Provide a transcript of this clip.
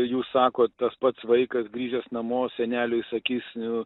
jūs sakot tas pats vaikas grįžęs namo seneliui sakys nu